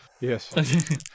Yes